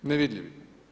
Nevidljivi.